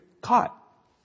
caught